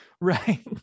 Right